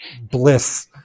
bliss